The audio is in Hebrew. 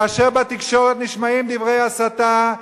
כאשר בתקשורת נשמעים דברי הסתה,